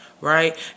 right